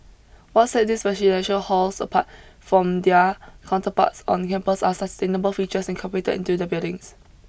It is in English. what sets these residential halls apart from their counterparts on campus are sustainable features incorporated into the buildings